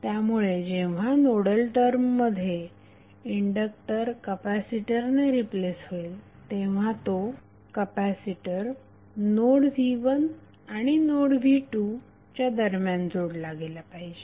त्यामुळे जेव्हा नोडल टर्ममध्ये इंडक्टर कपॅसिटर ने रिप्लेस होईल तेव्हा तो कपॅसिटर नोड v1आणि नोड v2 च्या दरम्यान जोडला गेला पाहिजे